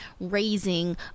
raising